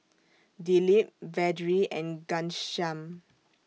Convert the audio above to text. Dilip Vedre and Ghanshyam